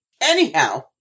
anyhow